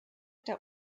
der